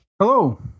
Hello